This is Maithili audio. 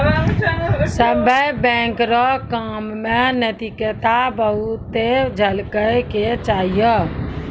सभ्भे बैंक रो काम मे नैतिकता बहुते झलकै के चाहियो